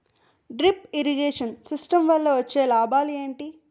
Drip irrigation system వల్ల వచ్చే లాభాలు ఏంటి?